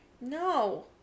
No